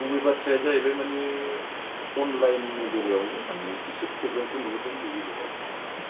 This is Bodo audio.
गुबै बाथ्राया जाहैबाय मानि अनलाइननि बेलायावनो मानि एसे फ्रब्लेमखौ नुहरदों बे बेलायाव आरो